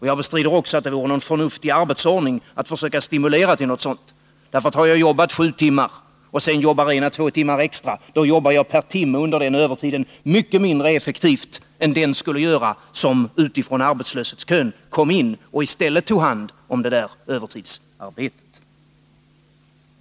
Jag bestrider också att det vore en förnuftig arbetsordning att försöka stimulera till något sådant, för om man har jobbat 7 timmar och sedan en å två timmar extra, jobbar man per timme under den övertiden mycket mindre effektivt än den skulle göra som utifrån arbetslöshetskön kom in och i stället tog hand om det där övertidsarbetet.